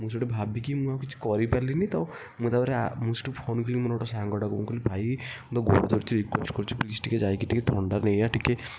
ମୁଁ ସେଠି ଭାବିକି ମୁଁ କିଛି କରିପାରିଲିନି ତ ମୁଁ ତାପରେ ମୁଁ ସେଠି ଫୋନ୍ କଲି ମୋ ସାଙ୍ଗଟାକୁ ମୁଁ କହିଲି ଭାଇ ମୁଁ ତୋ ଗୋଡ ଧରୁଛି ରିକ୍ୱେଷ୍ଟ୍ କରୁଛି ପ୍ଲିଜ଼୍ ଟିକେ ଯାଇକି ଟିକେ ଥଣ୍ଡା ନେଇଆ ଟିକେ